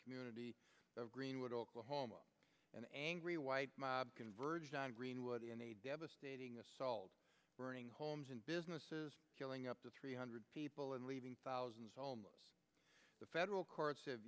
community of greenwood oklahoma an angry white mob converged on greenwood in a devastating assault burning homes and businesses killing up to three hundred people and leaving thousands homeless the federal courts have